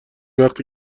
وقتی